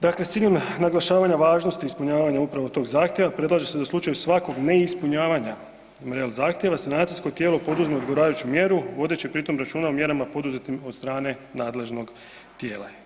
Dakle, s ciljem naglašavanja važnosti ispunjavanja upravo tog zahtjeva predlaže se da u slučaju svakog neispunjavanja …/nerazumljivo/… zahtjeva sanacijsko tijelo preuzme odgovarajuću mjeru vodeći pri tom računa o mjerama poduzetim od strane nadležnog tijela.